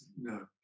No